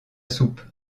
soupe